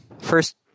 First